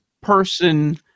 person